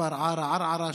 מכפר עארה בערערה,